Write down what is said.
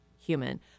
human